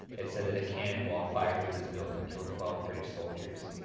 it's said that a cannonball fired through this building killed twelve british soldiers.